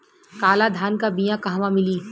काला धान क बिया कहवा मिली?